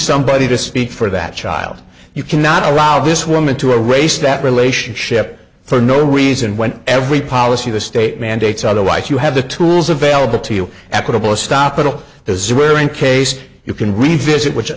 somebody to speak for that child you cannot allow this woman to a race that relationship for no reason when every policy the state mandates otherwise you have the tools available to you equitable stop it all the zero in case you can revisit which